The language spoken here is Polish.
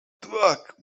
tak